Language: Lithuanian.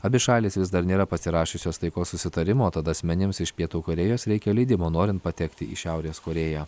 abi šalys vis dar nėra pasirašiusios taikos susitarimo tad asmenims iš pietų korėjos reikia leidimo norint patekti į šiaurės korėją